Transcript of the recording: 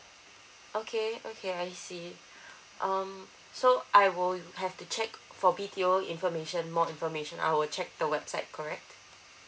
okay okay I see um so I will have to check for B_T_O information more information I will check the website correct